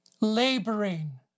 laboring